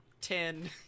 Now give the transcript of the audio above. Ten